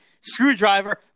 screwdriver